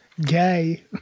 Gay